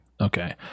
Okay